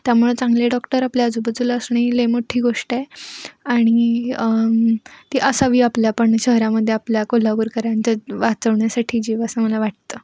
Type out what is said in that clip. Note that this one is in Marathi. त्यामुळं चांगले डॉक्टर आपल्या आजूबाजूला असणे ही लई मोठ्ठी गोष्ट आहे आणि ती असावी आपल्या पण शहरामध्ये आपल्या कोल्हापूरकरांचा वाचवण्यासाठी जीव असं मला वाटते